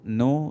no